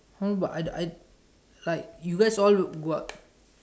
how about I I I like you guys all go out